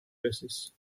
basis